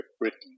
Britain